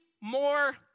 more